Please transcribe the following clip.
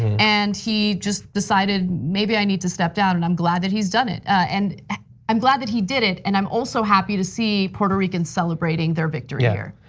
and he just decided, maybe i need to step down. and i'm glad that he's done it, and i'm glad that he did it. and i'm also happy to see puerto ricans celebrating their victory yeah here.